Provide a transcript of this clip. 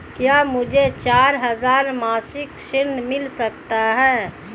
क्या मुझे चार हजार मासिक ऋण मिल सकता है?